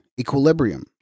equilibrium